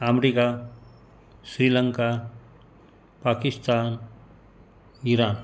America Sri Lanka Pakistan Iran